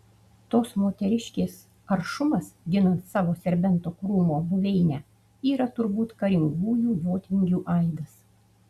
tos moteriškės aršumas ginant savo serbento krūmo buveinę yra turbūt karingųjų jotvingių aidas